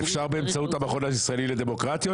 שצריך --- אפשר באמצעות המכון הישראלי לדמוקרטיה?